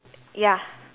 ya